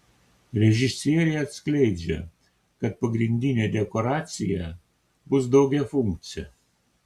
režisierė atskleidžia kad pagrindinė dekoracija bus daugiafunkcė